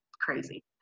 crazy